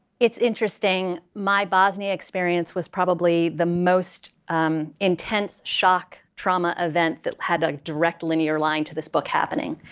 it's interesting. my bosnia experience was probably the most intense shock trauma event that had a direct linear line to this book happening.